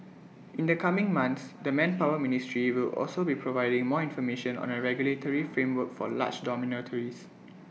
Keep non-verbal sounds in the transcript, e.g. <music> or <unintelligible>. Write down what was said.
<noise> in the coming months the manpower ministry will also be providing more information on A regulatory framework for large <unintelligible>